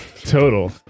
Total